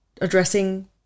addressing